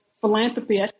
philanthropy